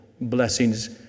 blessings